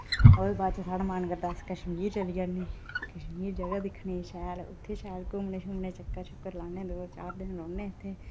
ओह्दे बाद च साढ़ा मन करदा अस कश्मीर चली जन्नीं कश्मीर जगह दिक्खने ई शैल उत्थै शैल घुम्मने शुम्मने चक्कर शक्कर लान्ने दो चार दिन रौह्न्ने